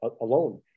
alone